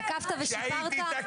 תקפת ושחררת?